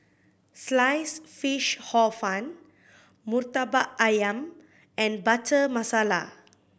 Sliced Fish Hor Fun Murtabak Ayam and Butter Masala